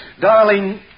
Darling